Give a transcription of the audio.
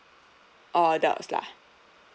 all adults lah